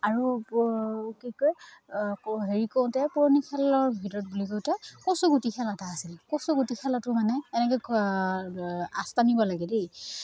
আৰু কি কয় আকৌ হেৰি কৰোঁতে পুৰণি খেলৰ ভিতৰত বুলি কওঁতে কচুগুটি খেল এটা আছিল কচুগুটি খেলাটো মানে এনেকৈ আঁচ টানিব লাগে দেই